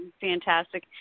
fantastic